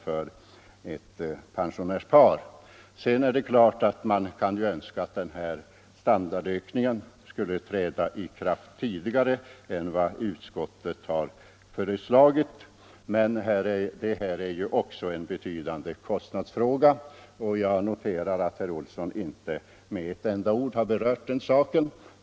för ett pensionärspar. Sedan är det klart att man kan önska att standardökningen skulle träda i kraft tidigare än utskottet föreslagit, men det här är också en fråga om betydande kostnader, och jag noterar att herr Olsson inte med ett enda ord har berört den saken.